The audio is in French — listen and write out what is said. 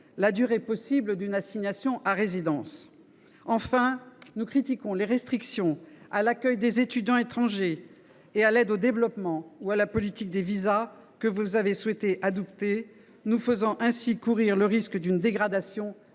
la durée possible d’une assignation à résidence. Enfin, nous critiquons les restrictions à l’accueil des étudiants étrangers et à l’aide au développement ou à la politique de visas que vous avez adoptées. Par ce vote, vous faites courir le risque d’une dégradation